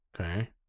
Okay